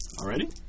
Already